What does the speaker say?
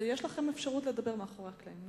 יש לכם אפשרות לדבר מאחורי הקלעים.